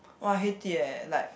!wah! I hate it eh like